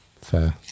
fair